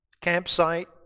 campsite